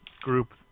Group